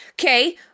Okay